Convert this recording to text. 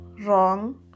wrong